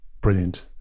brilliant